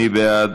מי בעד?